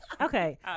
Okay